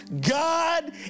God